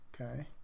Okay